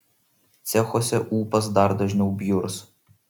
cechuose ūpas dar dažniau bjurs